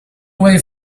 way